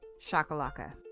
Shakalaka